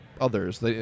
others